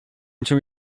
cię